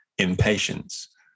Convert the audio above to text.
impatience